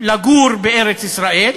לגור בארץ-ישראל,